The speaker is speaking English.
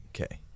Okay